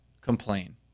complain